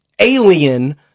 alien